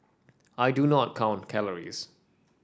I do not count calories